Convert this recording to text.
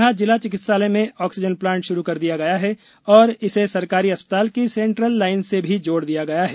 यहां जिला चिकित्सालय में ऑक्सीजन प्लांट शुरू कर दिया गया है और इसे सरकारी अस् ताल की सेंट्रल लाइन से भी जोड़ दिया गया है